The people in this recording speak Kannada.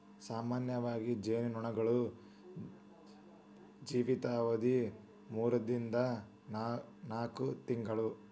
ಸಾಮಾನ್ಯವಾಗಿ ಜೇನು ನೊಣಗಳ ಜೇವಿತಾವಧಿ ಮೂರರಿಂದ ನಾಕ ತಿಂಗಳು